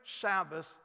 Sabbath